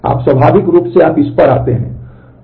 आप स्वाभाविक रूप से आप इस पर आते हैं